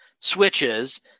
switches